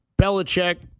Belichick